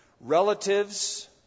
relatives